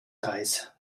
eis